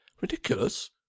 Ridiculous